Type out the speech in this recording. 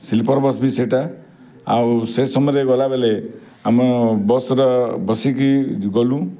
sleeper bus ବି ସେଇଟା ଆଉ ସେ ସମୟରେ ଗଲାବେଲେ ଆମ ବସ୍ ର ବସିକି ଗଲୁ